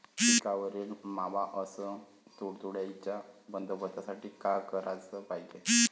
पिकावरील मावा अस तुडतुड्याइच्या बंदोबस्तासाठी का कराच पायजे?